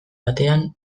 batean